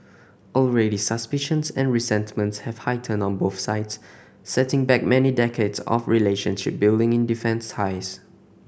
already suspicions and resentments have heightened on both sides setting back many decades of relationship building in defence ties